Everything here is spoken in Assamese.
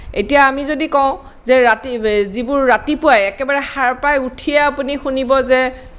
এতিয়া আমি যদি কওঁ যে ৰাতি যিবোৰ ৰাতিপুৱাই একেবাৰে সাৰ পাই উঠিয়েই আপুনি শুনিব যে